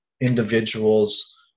individuals